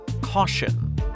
Caution